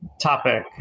topic